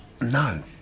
No